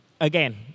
again